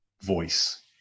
voice